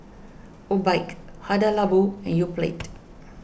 Obike Hada Labo and Yoplait